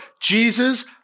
Jesus